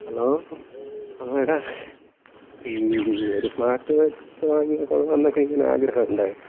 hello അതെ എടാ ഒരു സ്മാർട്ട് വാച്ച് വാങ്ങിയാൽ കൊള്ളാം എന്നൊക്കെ ഇങ്ങനെ ആഗ്രഹം ഉണ്ട്